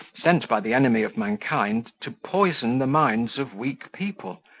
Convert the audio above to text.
sent by the enemy of mankind to poison the minds of weak people